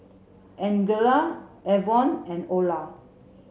Angella Avon and Olar